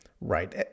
Right